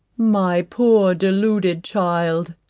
my poor deluded child,